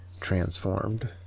transformed